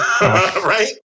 Right